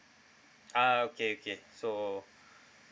ah okay okay so